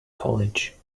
college